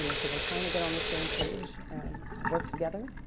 and so we're trying to get on the same page and work together